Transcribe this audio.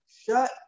Shut